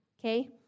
Okay